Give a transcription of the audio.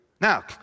Now